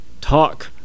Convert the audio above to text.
talk